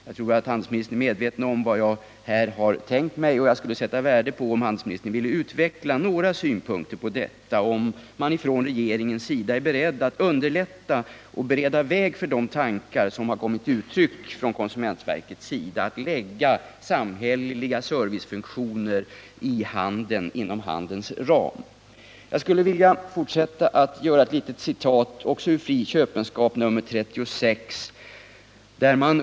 Jag tror att handelsministern är medveten om vad jag här har tänkt mig, och jag skulle sätta värde på om handelsministern ville ge några synpunkter på detta och tala om ifall man från regeringens sida är villig att bereda väg för de tankar som konsumentverket har gett uttryck för, nämligen att lägga samhälleliga servicefunktioner inom handelns ram. Jag skulle vilja fortsätta att citera ur Fri Köpenskap nr 36.